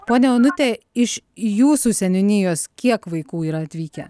ponia onute iš jūsų seniūnijos kiek vaikų yra atvykę